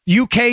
UK